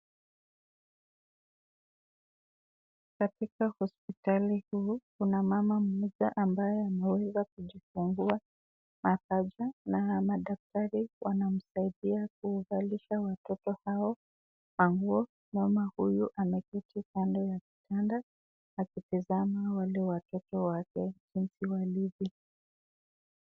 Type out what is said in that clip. Katika hosipitali huu kuna mama mmoja ambaye ameweza kujifungua mapacha na madaktari wanamsaidia kuvalisha watoto hao manguo, mama huyo ameketi kando ya kitanda akitazama wale watoto wake wale wawili.